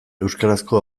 euskarazko